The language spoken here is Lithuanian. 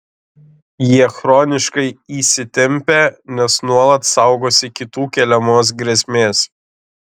jie chroniškai įsitempę nes nuolat saugosi kitų keliamos grėsmės